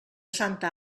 santa